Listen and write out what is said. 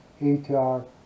ATR